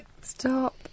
Stop